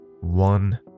One